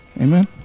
Amen